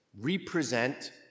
represent